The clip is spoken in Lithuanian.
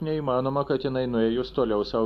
neįmanoma kad jinai nuėjus toliau sau